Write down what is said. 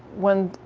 when